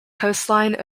coastline